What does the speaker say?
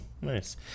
Nice